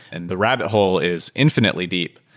and the rabbit hole is infinitely deep.